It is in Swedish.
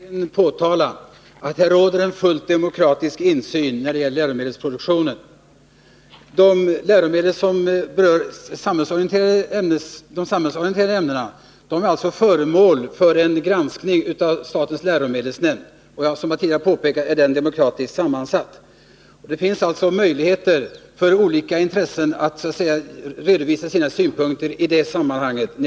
Herr talman! För att undvika varje missförstånd vill jag påpeka att det råder en fullt demokratisk insyn när det gäller läromedelsproduktionen. De läromedel som berör de samhällsorienterande ämnena är alltså föremål för en granskning av statens läromedelsnämnd, och som jag tidigare påpekat är den demokratiskt sammansatt. Det finns alltså möjligheter för olika intressen att redovisa sina synpunkter i det sammanhanget.